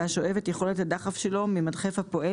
והשואב את יכולת הדחף שלו ממדחף הפועל